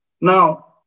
Now